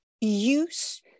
use